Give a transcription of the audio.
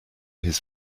his